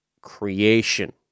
creation